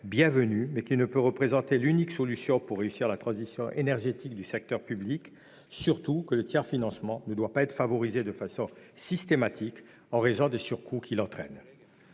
bienvenu, mais qui ne peut représenter l'unique solution pour réussir la transition énergétique du secteur public », d'autant que « le tiers-financement [...] ne doit pas être favorisé de façon systématique en raison des surcoûts finaux qu'il entraîne ».